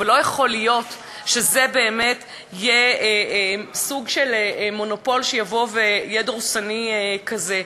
אבל לא יכול להיות שזה באמת יהיה סוג של מונופול שיהיה דורסני כזה.